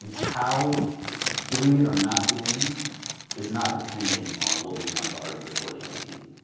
how doing it or not doing it is not dependent on what we want to argue before the itu.